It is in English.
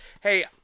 Hey